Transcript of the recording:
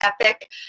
epic